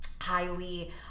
highly